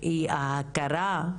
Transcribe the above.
שהיא ההכרה,